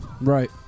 Right